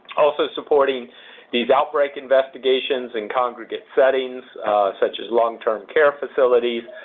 also supporting these outbreak investigations in congregate settings such as long-term care facilities.